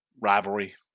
rivalry